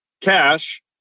cash